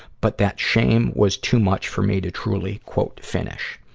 but that shame was too much for me to truly finish.